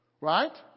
Right